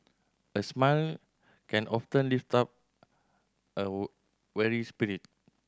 a smile can often lift up a weary spirit